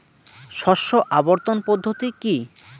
শস্য আবর্তন পদ্ধতি কি?